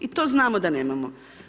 I to znamo da nemamo.